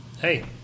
hey